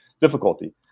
difficulty